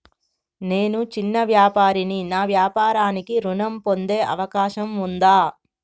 నేను చిన్న వ్యాపారిని నా వ్యాపారానికి ఋణం పొందే అవకాశం ఉందా?